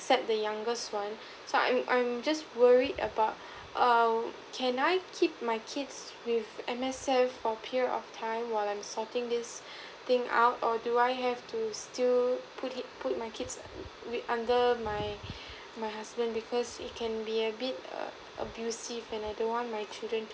except the youngest one so I'm I'm just worried about um can I keep my kids with M_S_F for period of time while I'm sorting this thing out or do I have to still put it put my kids with under my my husband because he can be a bit err abusive and I don't want my children to